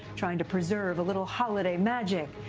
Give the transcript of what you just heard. trying to preserve a little holiday magic.